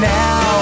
now